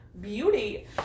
beauty